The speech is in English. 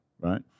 right